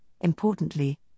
importantly